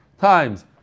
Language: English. times